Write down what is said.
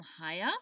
higher